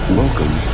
welcome